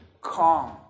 calm